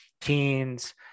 teens